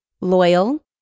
loyal